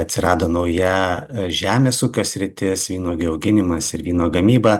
atsirado nauja žemės ūkio sritis vynuogių auginimas ir vyno gamyba